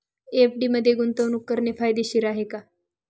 FD मध्ये गुंतवणूक करणे फायदेशीर आहे का?